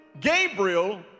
Gabriel